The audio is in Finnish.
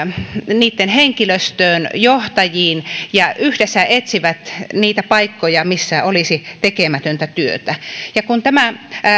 niitten henkilöstöön johtajiin ja he yhdessä etsivät niitä paikkoja missä olisi tekemätöntä työtä kun tämä